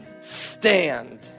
stand